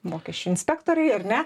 mokesčių inspektoriai ar ne